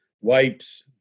wipes